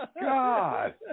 God